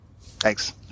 Thanks